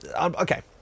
Okay